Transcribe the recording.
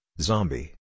Zombie